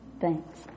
Thanks